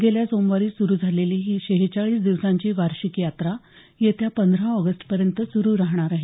गेल्या सोमवारी सुरू झालेली ही शेहेचाळीस दिवसांची वार्षिक यात्री येत्या पंधरा ऑगस्टपर्यंत सुरू राहणार आहे